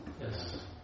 yes